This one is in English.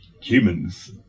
humans